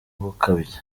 gukabya